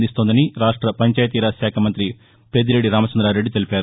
అందిస్తోందని రాష్ట పంచాయతీ రాజ్ శాఖ మంత్రి పెద్దిరెడ్డి రామచంద్రారెడ్డి తెలిపారు